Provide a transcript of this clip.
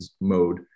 mode